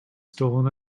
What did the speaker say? stolen